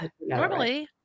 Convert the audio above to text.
normally